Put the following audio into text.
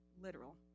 literal